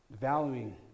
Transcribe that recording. valuing